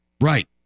Right